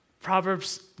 Proverbs